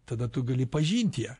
tada tu gali pažint ją